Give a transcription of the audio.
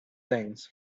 things